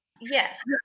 Yes